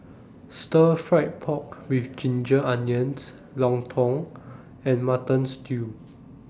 Stir Fried Pork with Ginger Onions Lontong and Mutton Stew